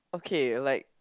okay like